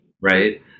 right